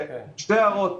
שתי הערות.